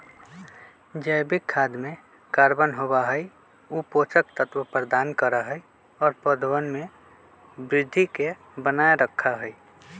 जैविक खाद में कार्बन होबा हई ऊ पोषक तत्व प्रदान करा हई और पौधवन के वृद्धि के बनाए रखा हई